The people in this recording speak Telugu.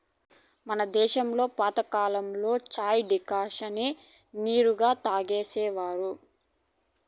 మన దేశంలో పాతకాలంలో చాయ్ డికాషన్ నే నేరుగా తాగేసేవారు